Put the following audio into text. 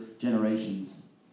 generations